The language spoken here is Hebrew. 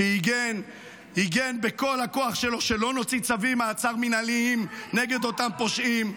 שהגן בכל הכוח שלו שלא נוציא צווי מעצר מינהליים נגד אותם פושעים.